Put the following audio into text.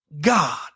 God